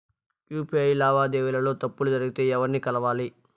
UPI లావాదేవీల లో తప్పులు జరిగితే ఎవర్ని కలవాలి?